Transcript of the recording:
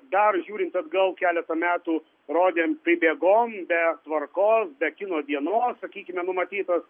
dar žiūrint atgal keletą metų rodėm pribėgom be tvarkos be kino dienos sakykime numatytos